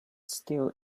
still